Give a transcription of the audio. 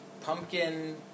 pumpkin